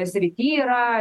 srity yra